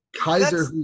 Kaiser